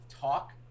talk